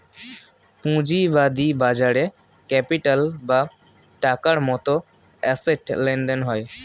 পুঁজিবাদী বাজারে ক্যাপিটাল বা টাকার মতন অ্যাসেট লেনদেন হয়